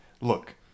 look